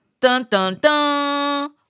Dun-dun-dun